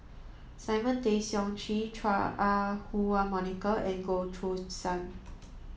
Simon Tay Seong Chee Chua Ah Huwa Monica and Goh Choo San